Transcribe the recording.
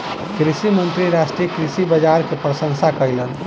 कृषि मंत्री राष्ट्रीय कृषि बाजार के प्रशंसा कयलैन